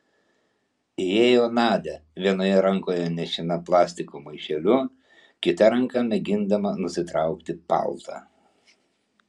įėjo nadia vienoje rankoje nešina plastiko maišeliu kita ranka mėgindama nusitraukti paltą